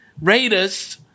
Raiders